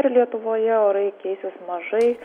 ir lietuvoje orai keisis mažai